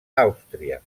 àustria